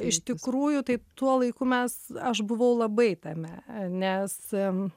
iš tikrųjų tai tuo laiku mes aš buvau labai tame nes